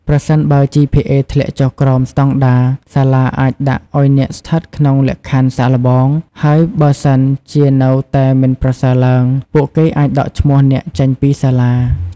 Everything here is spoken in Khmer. ប្រសិនបើ GPA ធ្លាក់ចុះក្រោមស្តង់ដារ សាលាអាចដាក់អ្នកឲ្យស្ថិតក្នុងលក្ខខណ្ឌសាកល្បង ហើយបើសិនជានៅតែមិនប្រសើរឡើង ពួកគេអាចដកឈ្មោះអ្នកចេញពីសាលា។